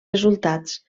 resultats